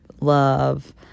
love